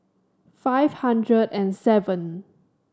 five hundred and seven